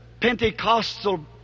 Pentecostal